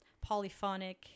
polyphonic